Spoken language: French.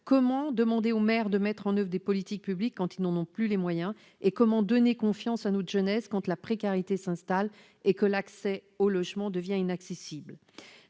Comment demander aux maires de mettre en oeuvre des politiques publiques quand ils n'en ont plus les moyens ? Comment donner confiance à notre jeunesse lorsque la précarité s'installe et que le logement devient inaccessible ?